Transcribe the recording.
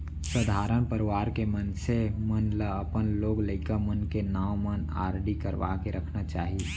सधारन परवार के मनसे मन ल अपन लोग लइका मन के नांव म आरडी करवा के रखना चाही